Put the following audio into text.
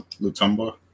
lutumba